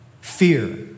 fear